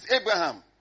Abraham